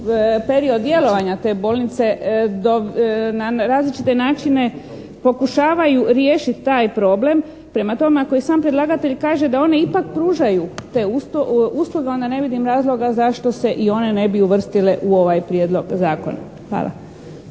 period djelovanja te bolnice na različite načine pokušavaju riješiti taj problem. Prema tome ako i sam predlagatelj kaže da one ipak pružaju te usluge onda ne vidim razloga zašto se i one ne bi uvrstile u ovaj Prijedlog zakona. Hvala.